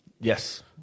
Yes